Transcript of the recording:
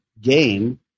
game